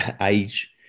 age